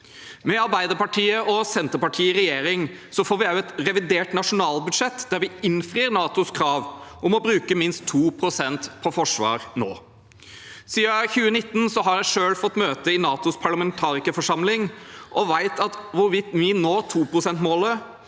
Med Arbeiderpartiet og Senterpartiet i regjering får vi også et revidert nasjonalbudsjett der vi innfrir NATOs krav om å bruke minst 2 pst. på forsvar nå. Siden 2019 har jeg selv fått møte i NATOs parlamentarikerforsamling og vet at hvorvidt vi når 2-prosentmålet,